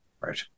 Right